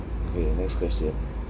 okay next question